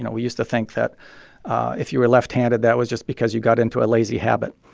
we used to think that if you were left-handed, that was just because you got into a lazy habit.